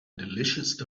delicious